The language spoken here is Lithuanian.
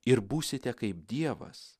ir būsite kaip dievas